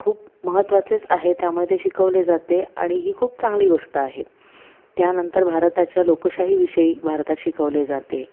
खूप महत्वाचेच आहे त्यामुळे ते शिकवले जाते आणि ही खूप चांगली गोष्ट आहे त्यानंतर भारताच्या लोकशाही विषयी भारतात शिकवले जाते